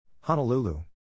Honolulu